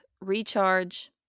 recharge